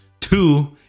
Two